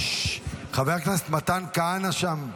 חבר הכנסת מתן כהנא, שם,